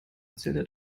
erzählte